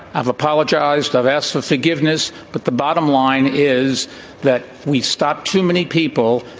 i've apologized. i've asked for forgiveness. but the bottom line is that we stopped too many people.